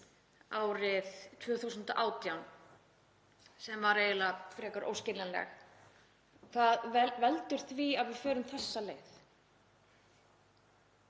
árið 2018, sem var eiginlega frekar óskiljanleg — hvað veldur því að við förum þessa leið?